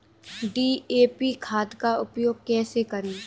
DAP खाद का उपयोग कैसे करें?